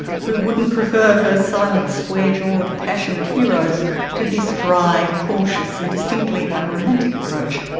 who wouldn't prefer her silent, square-jawed, passionate heroes to this dry, cautious and distinctly unromantic approach?